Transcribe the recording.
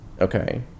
Okay